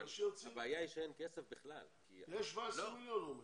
אבל הבעיה שאין כסף בכלל כי --- יש 17 מיליון הוא אומר.